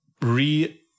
re